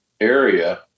area